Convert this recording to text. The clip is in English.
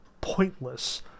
pointless